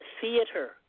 theater